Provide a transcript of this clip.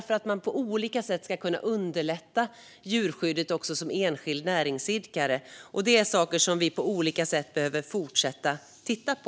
Det handlar om att på olika sätt underlätta djurskyddet för enskilda näringsidkare. Det är saker som vi på olika sätt behöver fortsätta titta på.